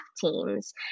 teams